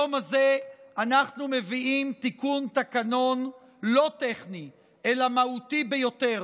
ביום הזה אנחנו מביאים תיקון תקנון לא טכני אלא מהותי ביותר.